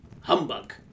Humbug